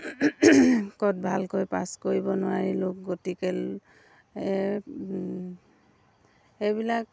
ক'ত ভালকৈ পাছ কৰিব নোৱাৰিলোঁ গতিকে এই এইবিলাক